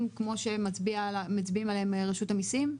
כמו שמצביעים עליהם מרשות המסים?